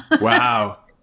Wow